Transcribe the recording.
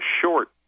short